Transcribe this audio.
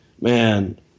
man